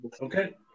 Okay